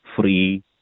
free